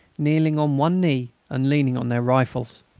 kneeling on one knee, and leaning on their rifles.